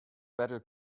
battle